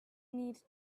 need